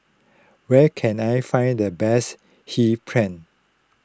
where can I find the best Hee Pan